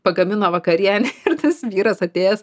pagamino vakarienę ir tas vyras atėjęs